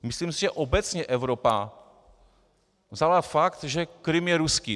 Myslím si, že obecně Evropa vzala fakt, že Krym je ruský.